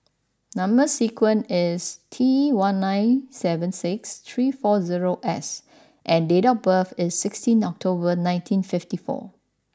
number sequence is T one nine seven six three four zero S and date of birth is sixteen October nineteen fifty four